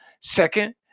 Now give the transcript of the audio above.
Second